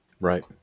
Right